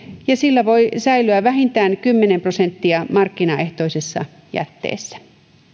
ja sillä voi säilyä vähintään kymmenen prosenttia markkinaehtoisessa jätteessä